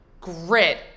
grit